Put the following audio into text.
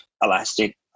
Elastic